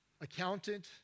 accountant